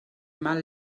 mal